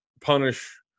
punish